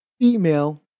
female